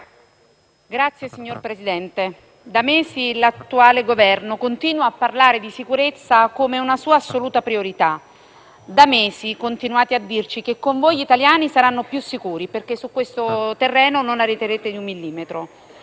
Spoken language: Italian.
*(PD)*. Signor Presidente, da mesi l'attuale Governo continua a parlare di sicurezza come una sua assoluta priorità; da mesi continuate a dirci che con voi gli italiani saranno più sicuri perché su questo terreno non arretrerete di un millimetro.